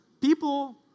People